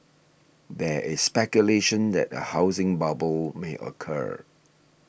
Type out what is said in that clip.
there is speculation that a housing bubble may occur